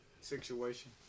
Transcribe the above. situation